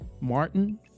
Martin